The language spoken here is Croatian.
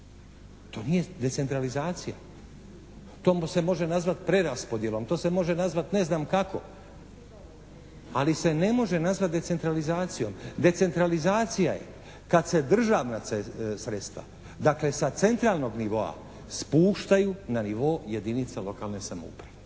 To nije decentralizacija. To se može nazvati preraspodjelom, to se može nazvati ne znam kako, ali se ne može nazvati decentralizacijom. Decentralizacija je kad se državna sredstva dakle sa centralnog nivoa spuštaju na nivo jedinica lokalne samouprave.